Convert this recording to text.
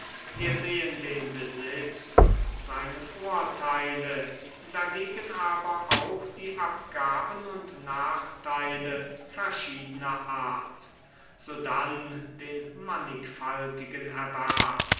wir sehen den besitz und seine vorteile dagegen aber auch die abgaben und nachteile verschiedener art sodann den mannigfaltigen erwerb